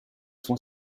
soins